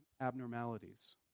abnormalities